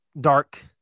dark